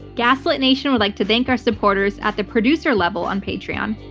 gaslit nation would like to thank our supporters at the producer level on patreon.